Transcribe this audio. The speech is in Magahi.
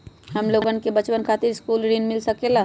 हमलोगन के बचवन खातीर सकलू ऋण मिल सकेला?